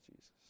Jesus